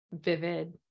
vivid